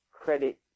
credit